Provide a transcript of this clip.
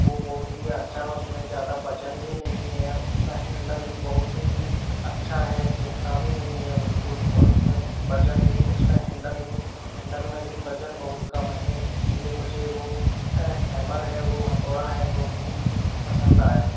वह बहुत ही अच्छा है उसमें ज़्यादा वजन भी नहीं है उसका हैंडल भी बहुत ही अच्छा है चुभता भी नहीं है बिल्कुल और उसमें वजन भी और उसका हैंडल भी हैंडल में भी वजन बहुत कम है इसलिए मुझे वो हेमर है वो हथौड़ा है बहुत ही पसंद आया